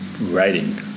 writing